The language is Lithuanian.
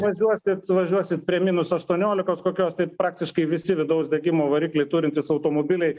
važiuosi važiuosi prie minus aštuoniolikos kokios tai praktiškai visi vidaus degimo varikliai turintys automobiliai